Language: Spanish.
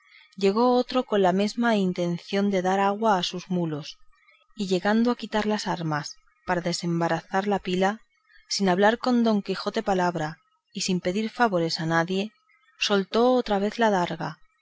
llegó otro con la mesma intención de dar agua a sus mulos y llegando a quitar las armas para desembarazar la pila sin hablar don quijote palabra y sin pedir favor a nadie soltó otra vez la adarga